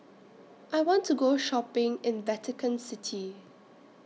I want to Go Shopping in Vatican City